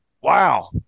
Wow